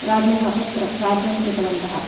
राज्ञाम् अत्र राज्यं कृतवन्तः